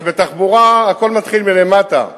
אבל בתחבורה הכול מתחיל מלמטה.